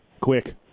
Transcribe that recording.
quick